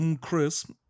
Chris